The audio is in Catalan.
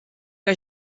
que